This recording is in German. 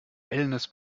wellness